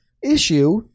Issue